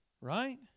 Right